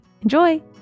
Enjoy